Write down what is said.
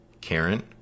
Karen